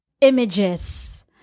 images